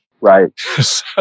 Right